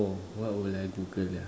what will I Google ya